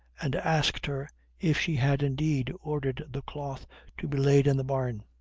and asked her if she had indeed ordered the cloth to be laid in the barn?